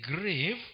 grave